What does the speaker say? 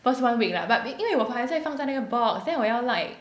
first one week lah but 因为我还在放在那个 box then 我要 like